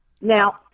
Now